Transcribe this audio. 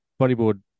bodyboard